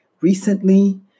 recently